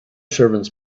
servants